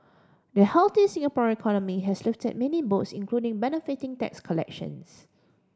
the healthy Singaporean economy has lifted many boats including benefiting tax collections